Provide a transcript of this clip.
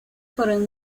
fueron